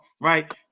right